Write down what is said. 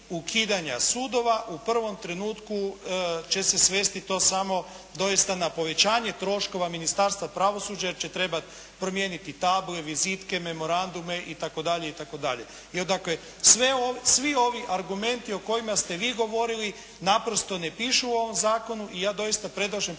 ukidanja sudova. U prvom trenutku će se svesti to samo na povećanje troškova Ministarstva pravosuđa jer će trebat promijeniti table, vizitke, memorandume itd. Jer dakle svi ovi argumenti o kojima ste vi govorili naprosto ne pišu u ovom zakonu i ja doista predlažem